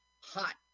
hot